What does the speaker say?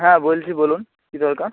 হ্যাঁ বলছি বলুন কী দরকার